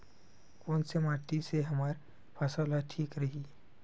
कोन से माटी से हमर फसल ह ठीक रही?